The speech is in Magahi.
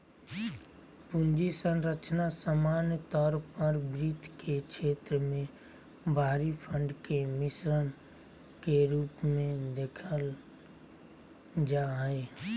पूंजी संरचना सामान्य तौर पर वित्त के क्षेत्र मे बाहरी फंड के मिश्रण के रूप मे देखल जा हय